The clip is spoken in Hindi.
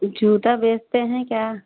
जूता बेचते हैं क्या